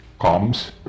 comes